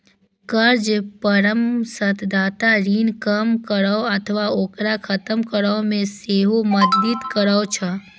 कर्ज परामर्शदाता ऋण कम करै अथवा ओकरा खत्म करै मे सेहो मदति करै छै